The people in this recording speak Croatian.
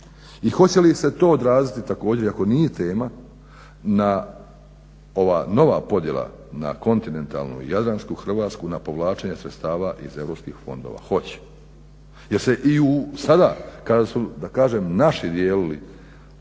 i hoće li se to odraziti također ako nije tema, ova nova podjela na kontinentalnu i jadransku Hrvatsku, na povlačenje sredstava iz europskih fondova. Hoće. Jer se i sada kada su da kažem naši dijelili